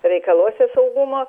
reikaluose saugumo